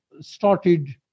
started